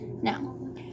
Now